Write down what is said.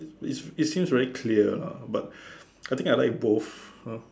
it's it's seen very clear lah but I think I like both orh